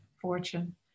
fortune